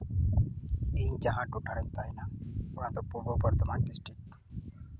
ᱤᱧ ᱡᱟᱦᱟᱸ ᱴᱚᱴᱷᱟ ᱨᱤᱧ ᱛᱟᱦᱮᱱᱟ ᱚᱱᱟ ᱫᱚ ᱯᱩᱨᱵᱚ ᱵᱚᱨᱫᱷᱚᱢᱟᱱ ᱰᱤᱥᱴᱤᱠ